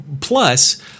Plus